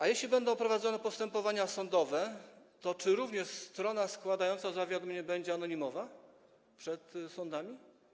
A jeśli będą prowadzone postępowania sądowe, to czy również strona składająca zawiadomienie będzie anonimowa przed sądami?